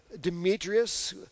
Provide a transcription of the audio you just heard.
Demetrius